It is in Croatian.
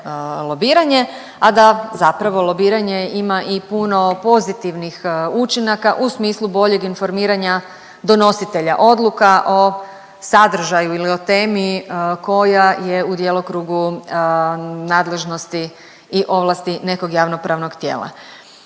lobiranje, a da zapravo lobiranje ima i puno pozitivnih učinaka u smislu boljeg informiranja donositelja odluka o sadržaju ili o temi koja je u djelokrugu nadležnosti i ovlasti nekog javnopravnog tijela